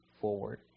forward